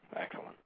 Excellent